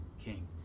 king